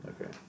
okay